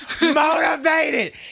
motivated